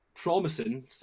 Promising